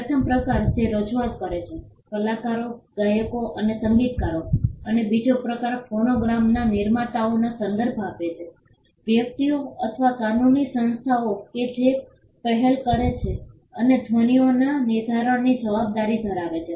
પ્રથમ પ્રકાર જે રજૂઆત કરે છે કલાકારો ગાયકો અને સંગીતકારો અને બીજો પ્રકાર ફોનોગ્રામના નિર્માતાઓનો સંદર્ભ આપે છે વ્યક્તિઓ અથવા કાનૂની સંસ્થાઓ કે જે પહેલ કરે છે અને ધ્વનિઓના નિર્ધારણની જવાબદારી ધરાવે છે